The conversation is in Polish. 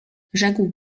rzekł